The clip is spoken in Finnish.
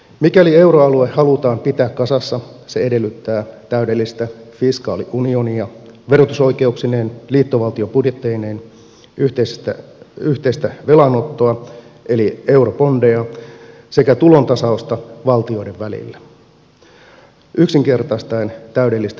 mikäli euroalue halutaan pitää kasassa se edellyttää täydellistä fiskaaliunionia verotusoikeuksineen liittovaltiobudjetteineen yhteistä velanottoa eli eurobondeja sekä tulontasausta valtioiden välillä yksinkertaistaen täydellistä liittovaltiota